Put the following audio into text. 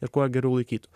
ir kuo geriau laikytų